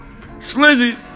Slizzy